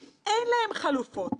ואני מודה לך חבר הכנסת כבל,